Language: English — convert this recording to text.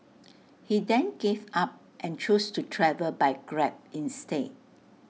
he then gave up and chose to travel by grab instead